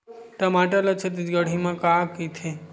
टमाटर ला छत्तीसगढ़ी मा का कइथे?